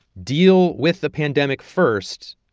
deal with the pandemic first,